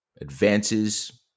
advances